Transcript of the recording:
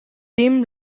dem